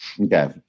Okay